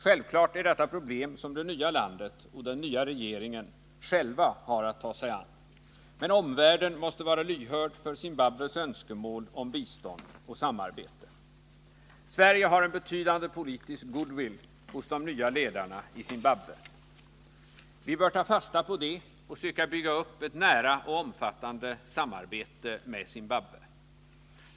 Självfallet är detta sådana problem som det nya landet och den nya regeringen själva har att ta sig an, men omvärlden måste vara lyhörd för Zimbabwes önskemål om bistånd och samarbete. Sverige har en betydande politisk goodwill bland de nya ledarna i Zimbabwe. Vi bör ta fasta på detta och försöka bygga upp ett nära och omfattande samarbete med Zimbabwe.